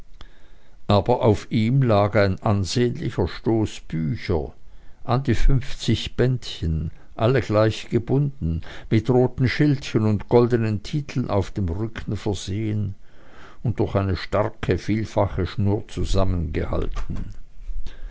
aber auf ihm lag ein ansehnlicher stoß bücher an die fünfzig bändchen alle gleich gebunden mit roten schildchen und goldenen titeln auf dem rücken versehen und durch eine starke vielfache schnur zusammengehalten